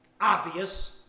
obvious